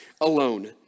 alone